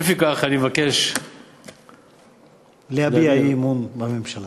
לפיכך אני מבקש להביע אי-אמון בממשלה